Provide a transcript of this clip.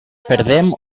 perdem